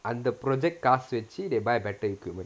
அந்த:antha project காசு வச்சு:kaasu vachu they buy better equipment